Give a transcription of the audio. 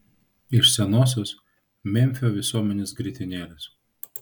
iš senosios memfio visuomenės grietinėlės